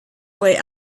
way